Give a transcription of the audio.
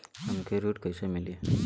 हमके ऋण कईसे मिली?